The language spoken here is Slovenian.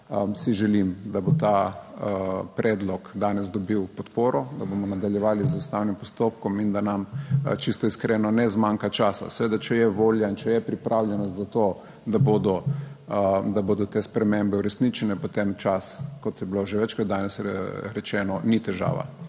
si želim, da bo ta predlog danes dobil podporo, da bomo nadaljevali z ustavnim postopkom in da nam čisto iskreno ne zmanjka časa. Seveda, če je volja in če je pripravljenost za to, da bodo, da bodo te spremembe uresničene, potem čas, kot je bilo že večkrat danes rečeno, ni težava.